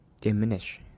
diminish